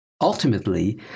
ultimately